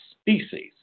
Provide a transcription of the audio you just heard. species